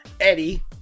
Eddie